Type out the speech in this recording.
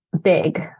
big